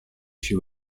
she